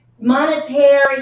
monetary